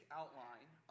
outline